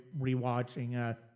rewatching